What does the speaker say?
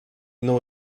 know